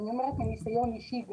אני אומרת גם מניסיון אישי.